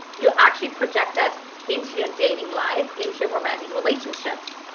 you actually project that into your dating life, into your romantic relationships.